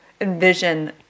envision